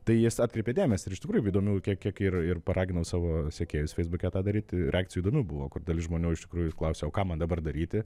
tai jis atkreipia dėmesį ir iš tikrųjų įdomių kiek kiek ir ir paraginau savo sekėjus feisbuke tą daryti reakcijų įdomių buvo dalis žmonių iš tikrųjų klausia o ką man dabar daryti